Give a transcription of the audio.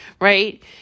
right